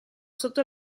sotto